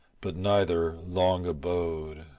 but neither long abode